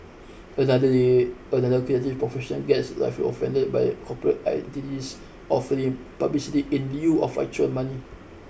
another day another creative professional gets rightfully offended by corporate entities offering publicity in lieu of actual money